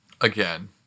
Again